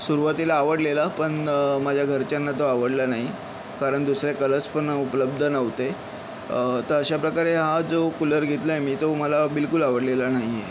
सुरवातीला आवडलेला पण माझ्या घरच्यांना तो आवडला नाही कारण दुसरे कलर्स पण उपलब्ध नव्हते तर अशाप्रकारे हा जो कूलर घेतला आहे मी तो मला बिलकुल आवडलेला नाही आहे